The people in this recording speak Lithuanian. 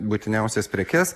būtiniausias prekes